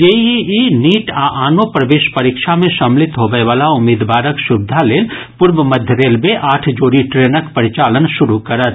JEE NEET आ आनो प्रवेश परींक्षा मे सम्मिलित होबयवला उम्मीदवारक सुविधा लेल पूर्व मध्य रेलवे आठ जोड़ी ट्रेनक परिचालन शुरू करत